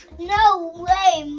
no way,